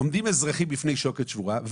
עומדים אזרחים בפני שוקת שבורה,